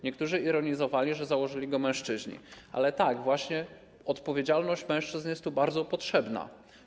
Niektórzy ironizowali, że założyli go mężczyźni, ale tak, właśnie odpowiedzialność mężczyzn jest tu bardzo potrzebna.